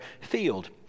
field